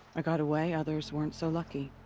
i got away others weren't so lucky.